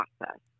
process